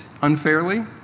unfairly